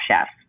chefs